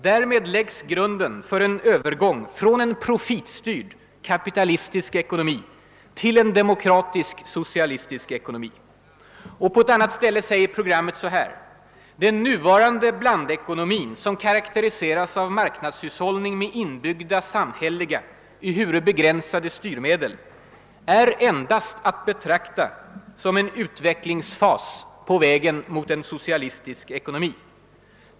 Därmed läggs grunden för en övergång från en profitstyrd, kapitalistisk ekonomi till en demokratisk socialistisk ekonomi.» På ett annat ställe säger programmet så här: »Den nuvarande blandekonomin, som karakteriseras av en marknadshushållning men med inbyggda samhälleliga — ehuru begränsade — styrmedel, är endast att betrakta som en utvecklingsfas på väg mot en socialistisk ekonomi.